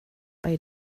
bei